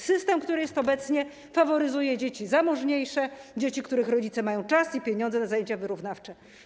System, który jest obecnie, faworyzuje dzieci zamożniejsze, dzieci, których rodzice mają czas i pieniądze na zajęcia wyrównawcze.